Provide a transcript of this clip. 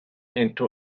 into